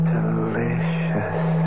Delicious